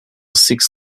six